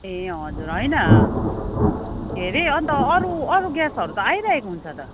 ए हजुर होइन के अरे अन्त अरू अरू ग्यासहरू त आइरहेको हुन्छ त